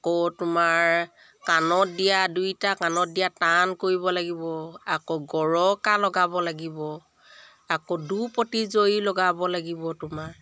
আকৌ তোমাৰ কাণত দিয়া দুইটা কাণত দিয়া টান কৰিব লাগিব আকৌ গৰকা লগাব লাগিব আকৌ দুৰপতি জৰি লগাব লাগিব তোমাৰ